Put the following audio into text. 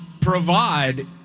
Provide